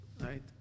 right